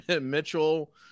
Mitchell